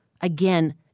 again